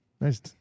Nice